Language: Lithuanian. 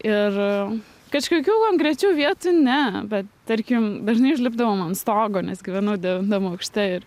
ir kažkokių konkrečių vietų ne bet tarkim dažnai užlipdavom ant stogo nes gyvenu devintam aukšte ir